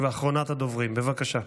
אחרונת הדוברים, בבקשה.